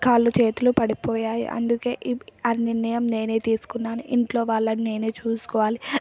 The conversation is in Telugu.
కాళ్ళు చేతులు పడిపోయాయి అందుకే ఈప్ ఆ నిర్ణయం నేనే తీస్కున్నాను ఇంట్లో వాళ్ళని నేనే చూసుకోవాలి